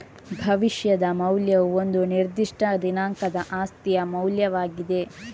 ಭವಿಷ್ಯದ ಮೌಲ್ಯವು ಒಂದು ನಿರ್ದಿಷ್ಟ ದಿನಾಂಕದ ಆಸ್ತಿಯ ಮೌಲ್ಯವಾಗಿದೆ